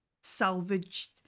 salvaged